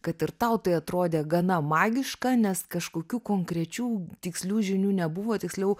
kad ir tau tai atrodė gana magiška nes kažkokių konkrečių tikslių žinių nebuvo tiksliau